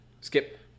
skip